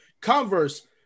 Converse